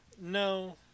No